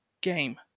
game